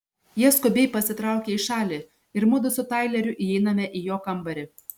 jie skubiai pasitraukia į šalį ir mudu su taileriu įeiname į jo kambarį